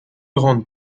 grande